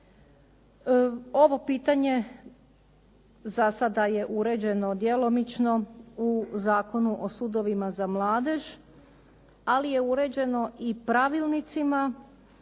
Ovo pitanje za sada je uređeno djelomično u Zakonu o sudovima za mladež, ali je uređeno i pravilnicima